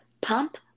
pump